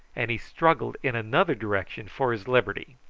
and he struggled in another direction for his liberty.